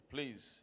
Please